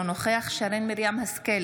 אינו נוכח שרן מרים השכל,